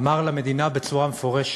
אמר למדינה בצורה מפורשת: